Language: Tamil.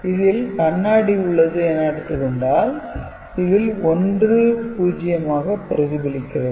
இதில் கண்ணாடி உள்ளது எனக் கொண்டால் இது 1 0 ஆக பிரதிபலிக்கிறது